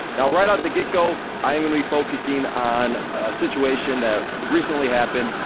now, right out the get-go i'm gonna be focusing on a situation that recently happened,